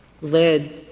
led